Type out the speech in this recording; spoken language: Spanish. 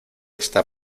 está